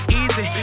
easy